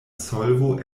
solvo